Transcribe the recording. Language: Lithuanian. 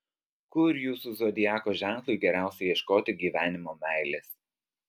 kur jūsų zodiako ženklui geriausia ieškoti gyvenimo meilės